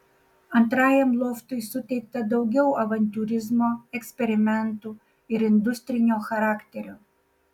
antrajam loftui suteikta daugiau avantiūrizmo eksperimentų ir industrinio charakterio